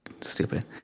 stupid